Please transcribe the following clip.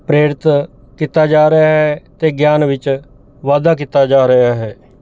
ਪ੍ਰੇਰਿਤ ਕੀਤਾ ਜਾ ਰਿਹਾ ਹੈ ਅਤੇ ਗਿਆਨ ਵਿੱਚ ਵਾਧਾ ਕੀਤਾ ਜਾ ਰਿਹਾ ਹੈ